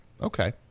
okay